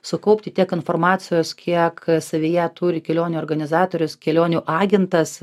sukaupti tiek informacijos kiek savyje turi kelionių organizatorius kelionių agentas